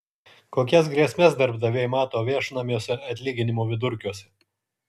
kokias grėsmes darbdaviai mato viešinamuose atlyginimų vidurkiuose